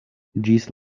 ĝis